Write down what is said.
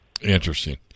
Interesting